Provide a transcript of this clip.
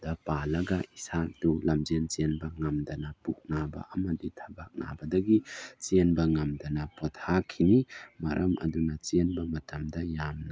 ꯗ ꯄꯥꯜꯂꯒ ꯏꯁꯥ ꯑꯗꯨ ꯂꯝꯖꯦꯜ ꯆꯦꯟꯕ ꯉꯝꯗꯅ ꯄꯨꯛ ꯅꯥꯕ ꯑꯃꯗꯤ ꯊꯕꯥꯛ ꯅꯥꯕꯗꯒꯤ ꯆꯦꯟꯕ ꯉꯝꯗꯅ ꯄꯣꯊꯥꯈꯤꯅꯤ ꯃꯔꯝ ꯑꯗꯨꯅ ꯆꯦꯟꯕ ꯃꯇꯝꯗ ꯌꯥꯝꯅ